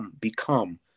become